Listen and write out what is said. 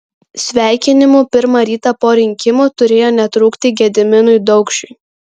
sveikinimų pirmą rytą po rinkimų turėjo netrūkti gediminui daukšiui